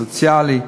סוציאלי.